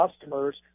customers